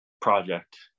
project